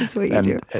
it's what yeah you